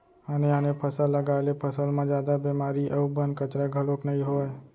आने आने फसल लगाए ले फसल म जादा बेमारी अउ बन, कचरा घलोक नइ होवय